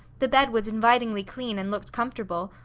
the bed was invitingly clean and looked comfortable,